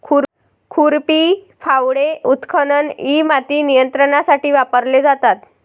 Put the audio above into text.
खुरपी, फावडे, उत्खनन इ माती नियंत्रणासाठी वापरले जातात